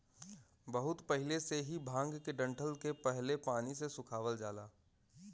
बहुत पहिले से ही भांग के डंठल के पहले पानी से सुखवावल जाला